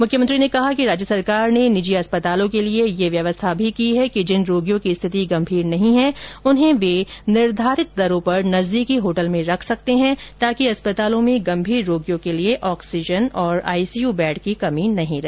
मुख्यमंत्री ने कहा कि राज्य सरकार ने निजी अस्पतालों के लिए ये व्यवस्था भी की है कि जिन रोगियों की स्थिति गंभीर नहीं है उन्हें वे निर्धारित दरों पर नजदीकी होटल में रख सकते है ताकि अस्पतालों में गंभीर रोगियों के लिए ऑक्सीजन और आईसीयू बेड की कमी नहीं रहे